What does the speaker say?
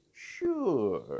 sure